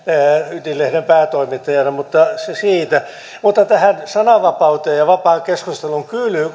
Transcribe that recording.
ydin lehden päätoimittajana mutta se siitä mutta tähän sananvapauteen ja vapaaseen keskusteluun